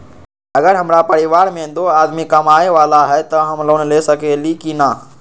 अगर हमरा परिवार में दो आदमी कमाये वाला है त हम लोन ले सकेली की न?